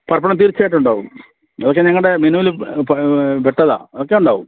പപ്പടം തീർച്ചയായിട്ടും ഉണ്ടാവും അതൊക്കെ ഞങ്ങളുടെ മെനുവിൽ പെട്ടതാണ് അതൊക്കെ ഉണ്ടാവും